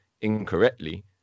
incorrectly